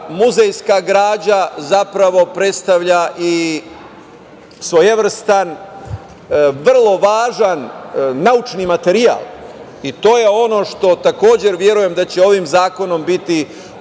muzejska građa, zapravo predstavlja i svojevrstan vrlo važan naučni materijal. I to je ono što takođe, verujem da će ovim zakonom biti